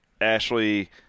Ashley